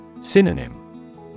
Synonym